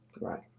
Right